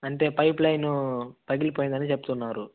అంటే pipeline పగిలిపోయింది అని చెప్తున్నారు